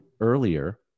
earlier